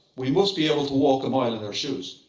we must be able to walk a mile in our shoes.